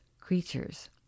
creatures